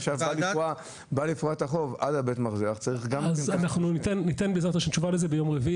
בעזרת השם ניתן לזה תשובה ביום רביעי.